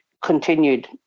continued